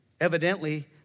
Evidently